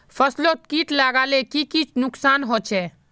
फसलोत किट लगाले की की नुकसान होचए?